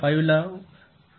01 येईल